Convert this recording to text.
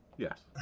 Yes